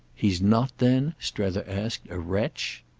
he's not then, strether asked, a wretch?